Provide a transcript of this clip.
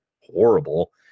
horrible